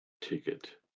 ticket